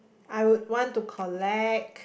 I would want to collect